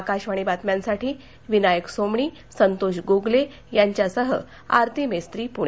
आकाशवाणी बातम्यांसाठी विनायक सोमणी संतोष गोगले यांच्यासह आरती मेस्त्री प्णे